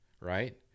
Right